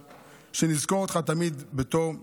שנזכור אותך תמיד בתור "בנבא".